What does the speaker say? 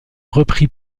repris